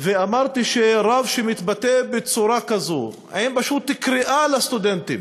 ואמרתי שרב שמתבטא בצורה כזאת, עם קריאה לסטודנטים